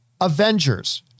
Avengers